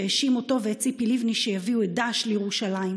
שהאשים אותו ואת ציפי לבני שיביאו את דאעש לירושלים,